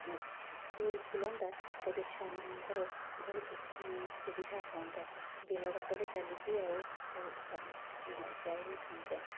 school ଖୋଲନ୍ତା ତେବେ ଛୁଆମାନଙ୍କର ବହୁତ ସୁବିଧା ହୁଅନ୍ତା ବିଲ ବାଟରେ ଚାଲିକି ଆଉ ଯାଇ ନଥାନ୍ତେ